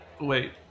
Wait